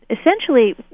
essentially